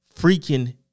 freaking